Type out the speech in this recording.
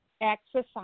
exercise